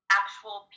actual